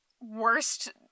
worst